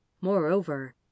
Moreover